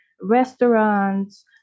restaurants